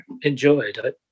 enjoyed